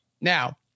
Now